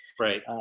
right